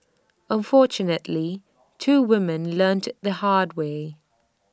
unfortunately two women learnt IT the hard way